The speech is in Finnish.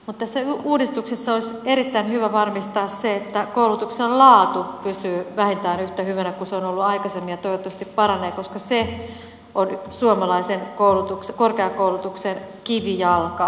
tässä uudistuksessa olisi erittäin hyvä varmistaa se että koulutuksen laatu pysyy vähintään yhtä hyvänä kuin se on ollut aikaisemmin ja toivottavasti paranee koska se on suomalaisen korkeakoulutuksen kivijalka